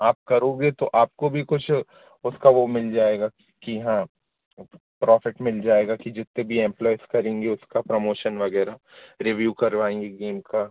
आप करोगे तो आपको भी कुछ उसका वो मिल जाएगा कि हाँ प्रोफिट मिल जाएगा कि जित्न्ने भी एंम्प्लॉइज़ करेंगे उसका प्रमोशन वगैरह रिव्यू करवाएंगे गेम का